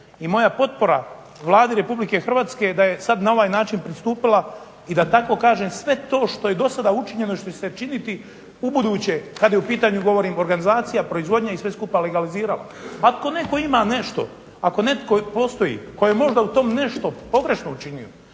I moja potpora Vladi Republike Hrvatske da je sada na ovaj način pristupila i da tako kažem sve to što je do sada učinjeno i što će se činiti u buduće kada je u pitanju organizacija proizvodnje i sve skupa legaliziralo. Ako netko ima nešto, ako netko postoji koja je možda u tom nešto pogrešno učinio